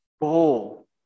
bowl